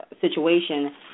Situation